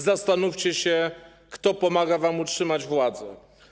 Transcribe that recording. Zastanówcie się kto pomaga wam utrzymać władze.